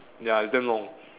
ya it's damn long